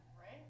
Right